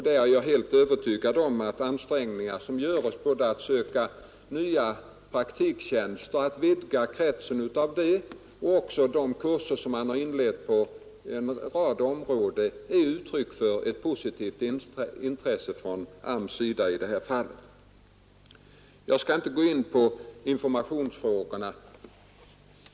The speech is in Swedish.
Jag är helt övertygad om att de ansträngningar som görs både när det gäller att vidga kretsen av praktiktjänster och när det gäller de kurser som inletts på en rad områden är uttryck för ett positivt intresse från AMS:s sida. Jag skall inte gå in på informationsfrågorna.